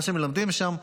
מה שמלמדים שם,